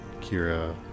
Kira